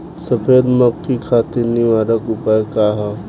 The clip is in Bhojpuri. सफेद मक्खी खातिर निवारक उपाय का ह?